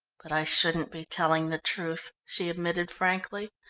but i shouldn't be telling the truth, she admitted frankly.